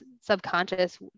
subconscious